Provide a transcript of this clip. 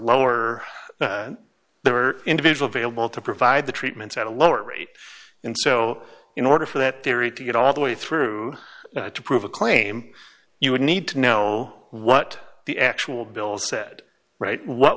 lower their individual be able to provide the treatments at a lower rate and so in order for that theory to get all the way through to prove a claim you would need to know what the actual bills said right what